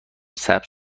سبز